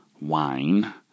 wine